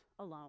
Alone